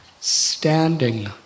standing